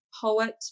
poet